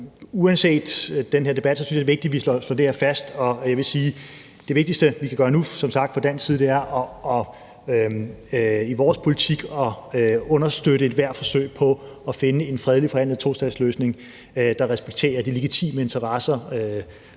det her fast. Og jeg vil sige, at det vigtigste, vi som sagt kan gøre nu fra dansk side, er i vores politik at understøtte ethvert forsøg på at finde frem til en fredelig forhandlet tostatsløsning, der respekterer de legitime interesser